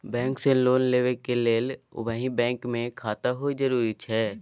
Bank से loan लेबै के लेल वही बैंक मे खाता होय जरुरी छै?